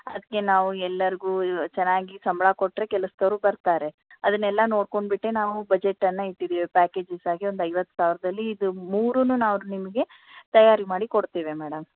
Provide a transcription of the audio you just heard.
ಅದಕ್ಕೆ ನಾವು ಎಲ್ಲರಿಗೂ ಚೆನ್ನಾಗಿ ಸಂಬಳ ಕೊಟ್ಟರೆ ಕೆಲಸದವರು ಬರ್ತಾರೆ ಅದನ್ನೆಲ್ಲ ನೋಡಿಕೊಂಡುಬಿಟ್ಟೇ ನಾವು ಬಜೆಟನ್ನು ಇಟ್ಟಿದ್ದೀವಿ ಪ್ಯಾಕೇಜಸ್ ಆಗಿ ಒಂದು ಐವತ್ತು ಸಾವಿರದಲ್ಲಿ ಇದು ಮೂರನ್ನೂ ನಾವು ನಿಮಗೆ ತಯಾರಿ ಮಾಡಿಕೊಡ್ತೇವೆ ಮೇಡಮ್